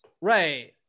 Right